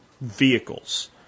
vehicles